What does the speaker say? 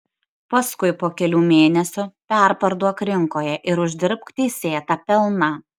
paskui po kelių mėnesių perparduok rinkoje ir uždirbk teisėtą pelną